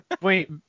Wait